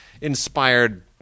inspired